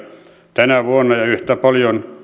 tänä vuonna ja yhtä paljon